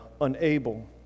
unable